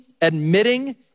admitting